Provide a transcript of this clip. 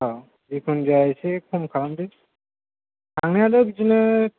औ जिखुनुजाया एसे खम खालामदो थांनायथ' बिदिनो